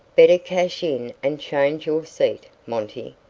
better cash in and change your seat, monty.